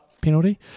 penalty